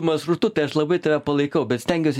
maršrutu tai aš labai tave palaikau bet stengiuosi